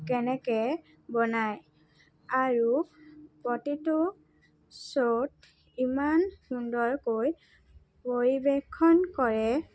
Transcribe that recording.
কেনেকৈ বনায় আৰু প্ৰতিটো শ্ব'ত ইমান সুন্দৰকৈ পৰিৱেশন কৰে